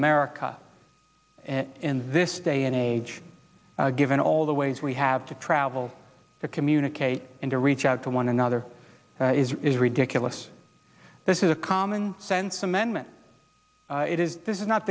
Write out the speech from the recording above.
america in this day and age given all the ways we have to travel to communicate and to reach out to one another is ridiculous this is a common sense amendment it is this is not